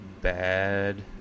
Bad